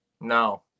no